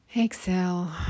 Exhale